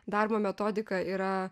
darbo metodika yra